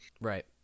Right